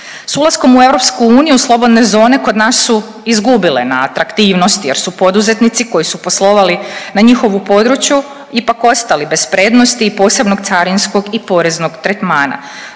S ulaskom u EU slobodne zone kod nas su izgubile na atraktivnosti jer su poduzetnici koji su poslovali na njihovu području ipak ostali bez prednosti i posebnog carinskog i poreznog tretmana.